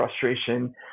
frustration